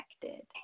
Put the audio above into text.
connected